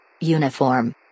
Uniform